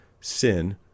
sin